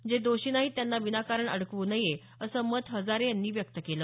जे दोषी नाहीत त्यांना विनाकारण अडकवू नये असं मत हजारे यांनी व्यक्त केलं